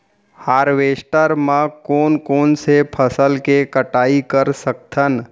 Harvester म कोन कोन से फसल के कटाई कर सकथन?